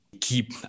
keep